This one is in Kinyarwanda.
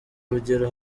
urugero